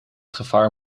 gevaar